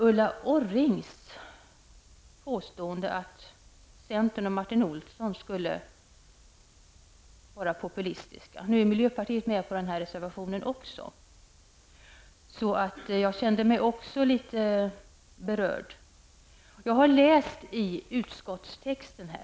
Ulla Orring påstod här att Martin Olsson och centern skulle vara populistiska. Eftersom vi i miljöpartiet, som sagt, har varit med om att underteckna reservationen i fråga upplevde jag att Ulla Orrings påstående också i viss mån gällde mig. Jag har läst utskottets skrivning.